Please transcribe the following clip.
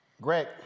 Greg